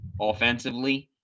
offensively